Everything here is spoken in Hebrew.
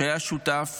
שהיה שותף